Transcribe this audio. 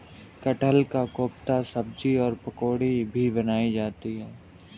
कटहल का कोफ्ता सब्जी और पकौड़ी भी बनाई जाती है